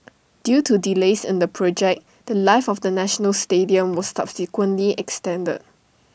due to delays in the project The Life of the national stadium was subsequently extended